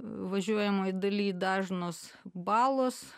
važiuojamojoj daly dažnos balos